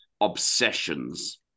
Obsessions